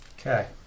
Okay